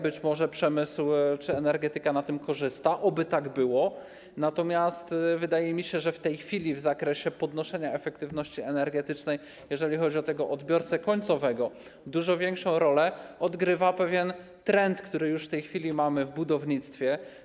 Być może przemysł czy energetyka na tym korzysta - oby tak było - natomiast wydaje mi się, że w tej chwili w zakresie podnoszenia efektywności energetycznej, jeżeli chodzi o odbiorcę końcowego, dużo większą rolę odgrywa pewien trend, który już w tej chwili mamy w budownictwie.